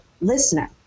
listener